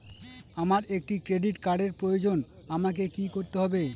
আমার একটি ক্রেডিট কার্ডের প্রয়োজন আমাকে কি করতে হবে?